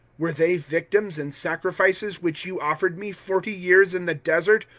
were they victims and sacrifices which you offered me, forty years in the desert,